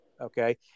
okay